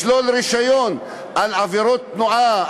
לשלול רישיון על עבירות תנועה,